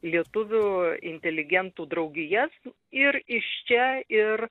lietuvių inteligentų draugijas ir iš čia ir